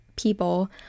people